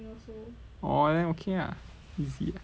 orh then okay lah easy